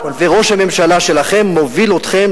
וראש הממשלה שלכם מוביל אתכם,